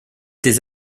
tes